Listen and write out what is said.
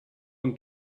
und